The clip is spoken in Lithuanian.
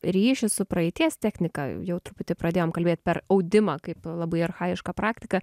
ryšį su praeities technika jau truputį pradėjom kalbėt per audimą kaip labai archajišką praktiką